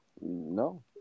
No